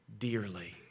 dearly